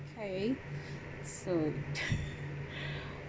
okay so